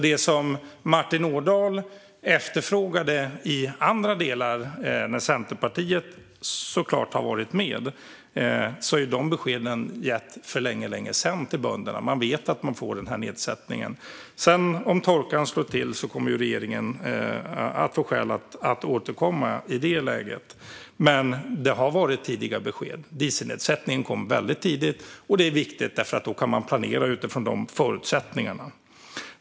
Det som Martin Ådahl efterfrågat i andra delar när Centerpartiet har varit med har bönderna fått besked om för länge sedan. De vet att de får nedsättningen. Om torkan slår till kommer regeringen att få skäl att återkomma. Det har varit tidiga besked. Dieselnedsättningen kom tidigt. Och det är viktigt eftersom man kan planera utifrån de förutsättningarna.